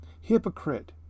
Hypocrite